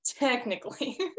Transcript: Technically